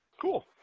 Cool